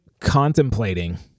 contemplating